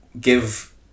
give